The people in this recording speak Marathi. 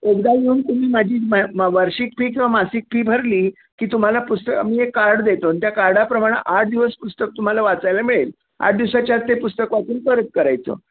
एकदा येऊन तुम्ही माझी म वर्षिक फी किंवा मासिक फी भरली की तुम्हाला पुस्तक आम्ही एक कार्ड देतो आणि त्या कार्डाप्रमाणं आठ दिवस पुस्तक तुम्हाला वाचायला मिळेल आठ दिवसाच्या आत ते पुस्तक वाचून परत करायचं